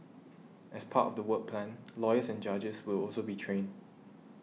as part of the work plan lawyers and judges will also be trained